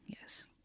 Yes